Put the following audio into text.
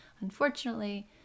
unfortunately